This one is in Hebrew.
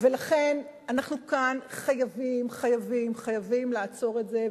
לכן אנחנו כאן חייבים חייבים חייבים לעצור את זה.